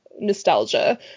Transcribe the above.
nostalgia